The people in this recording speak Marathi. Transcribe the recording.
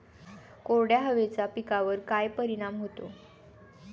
कोरड्या हवेचा पिकावर काय परिणाम होतो?